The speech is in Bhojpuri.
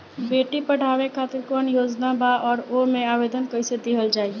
बेटी के पढ़ावें खातिर कौन योजना बा और ओ मे आवेदन कैसे दिहल जायी?